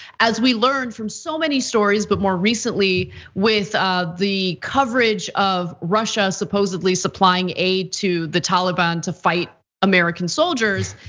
as we learn from so many stories, but more recently with the coverage of russia supposedly supplying aid to the taliban to fight american soldiers.